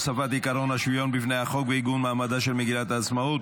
הוספת עיקרון השוויון בפני החוק ועיגון מעמדה של מגילת העצמאות),